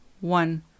one